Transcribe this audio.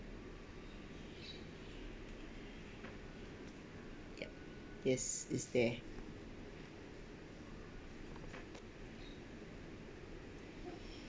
ya yes is there